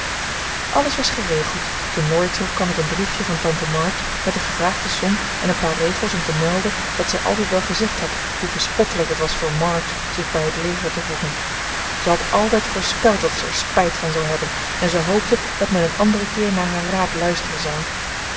alles was geregeld toen laurie terugkwam met een briefje van tante march met de gevraagde som en een paar regels om te melden dat zij altijd wel gezegd had hoe bespottelijk het was voor march zich bij het leger te voegen zij had altijd voorspeld dat ze er spijt van zouden hebben en ze hoopte dat men een anderen keer naar haar raad luisteren zou